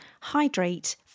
hydrate